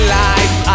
life